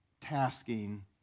tasking